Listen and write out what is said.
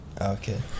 okay